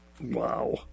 Wow